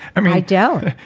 i mean. i don't.